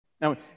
Now